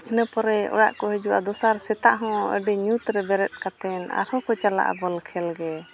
ᱤᱱᱟᱹ ᱯᱚᱨᱮ ᱚᱲᱟᱜ ᱠᱚ ᱦᱤᱡᱩᱜᱼᱟ ᱫᱚᱥᱟᱨ ᱥᱮᱛᱟᱜ ᱦᱚᱸ ᱟᱹᱰᱤ ᱧᱩᱛ ᱨᱮ ᱵᱮᱨᱮᱫ ᱠᱟᱛᱮ ᱟᱨᱦᱚᱸ ᱠᱚ ᱪᱟᱞᱟᱜᱼᱟ ᱵᱚᱞᱠᱷᱮᱹᱞ ᱜᱮ